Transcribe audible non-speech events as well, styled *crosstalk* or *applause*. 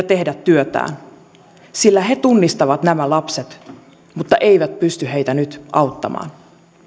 *unintelligible* tehdä työtään sillä he tunnistavat nämä lapset mutta eivät pysty heitä nyt auttamaan